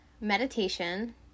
meditation